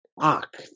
Fuck